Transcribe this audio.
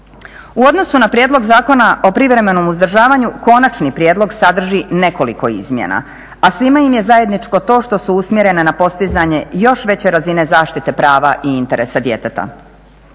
U odnosu na Prijedlog zakona o privremenom uzdržavanju Konačni prijedlog sadrži nekoliko izmjena a svima im je zajedničko to što su usmjerene na postizanje još veće razine zaštite prava i interesa djeteta.